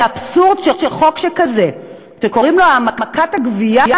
זה אבסורד שחוק שכזה, שקוראים לו העמקת הגבייה,